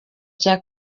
cya